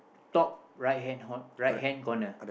top right hand ho~ right hand corner